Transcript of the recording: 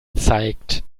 zeigt